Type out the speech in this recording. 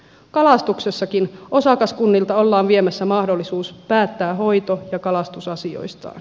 kalastuksessakin osakaskunnilta ollaan viemässä mahdollisuus päättää hoito ja kalastusasioistaan